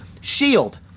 shield